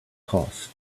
cost